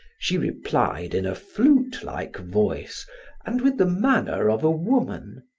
she replied in a flute-like voice and with the manner of a woman.